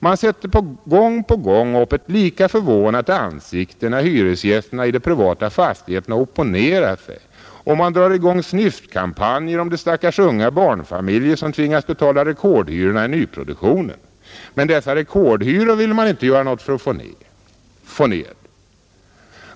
Man sätter gång på gång upp ett lika förvånat ansikte när hyresgästerna i de privata fastigheterna opponerar sig, och man drar i gång snyftkampanjer om de stackars unga barnfamiljer som tvingas betala rekordhyrorna i nyproduktionen. Men dessa rekordhyror vill man inte göra något för att få ned.